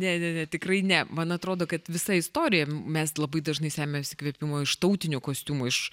ne ne ne tikrai ne man atrodo kad visa istorija mes labai dažnai semiasi įkvėpimo iš tautinių kostiumų iš